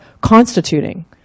constituting